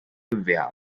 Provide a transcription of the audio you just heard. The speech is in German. gewehr